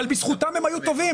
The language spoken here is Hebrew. בזכותם הם היו טובים.